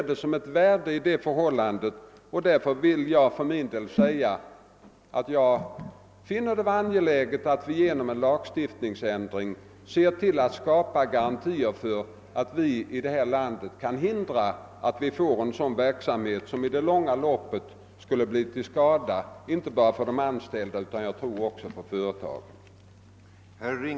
Därför tycker jag det är angeläget att genom en lagstiftning skapa garantier för att vi på detta område inte får en sådan verksamhet som jag tror i det långa loppet blir till skada inte bara för de anstälida utan även för företagen.